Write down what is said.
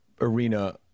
arena